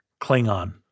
Klingon